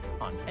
on